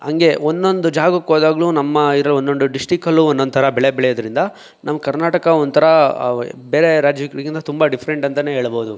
ಹಂಗೆ ಒಂದೊಂದು ಜಾಗಕ್ಕೋದಾಗಲೂ ನಮ್ಮ ಇರೋ ಒಂದೊಂದು ಡಿಸ್ಟ್ರಿಕ್ಟಲ್ಲೂ ಒಂದೊಂದು ಥರ ಬೆಳೆ ಬೆಳೆಯೋದರಿಂದ ನಮ್ಮ ಕರ್ನಾಟಕ ಒಂಥರ ಬೇರೆ ರಾಜ್ಯಗಳಿಗಿಂತ ತುಂಬ ಡಿಫ್ರೆಂಟ್ ಅಂತಲೇ ಹೇಳಬೋದು